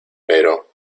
pero